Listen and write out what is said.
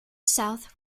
south